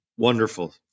Wonderful